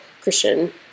Christian